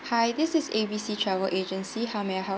hi this is A B C travel agency how may I help